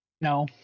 No